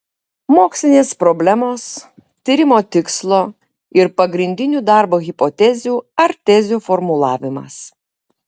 mokslinės problemos tyrimo tikslo ir pagrindinių darbo hipotezių ar tezių formulavimas